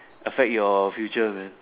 affect your future man